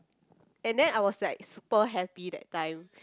and then I was like super happy that time